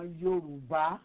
yoruba